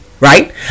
Right